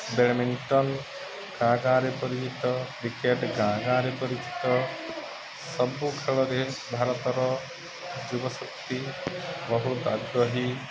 badminton ଗାଁ ଗାଁରେ ପରିଚିତ କ୍ରିକେଟ୍ ଗାଁ ଗାଁରେ ପରିଚିତ ସବୁ ଖେଳରେ ଭାରତର ଯୁବଶକ୍ତି ବହୁତ ଆଗ୍ରହୀ